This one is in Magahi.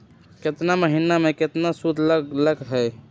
केतना महीना में कितना शुध लग लक ह?